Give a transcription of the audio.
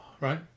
right